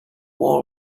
war